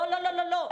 לא, לא, לא.